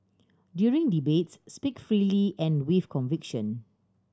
during debates speak freely and with conviction